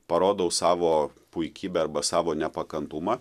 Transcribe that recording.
parodau savo puikybę arba savo nepakantumą